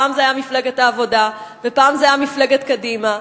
פעם זאת היתה מפלגת העבודה ופעם זאת היתה מפלגת קדימה,